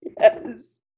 Yes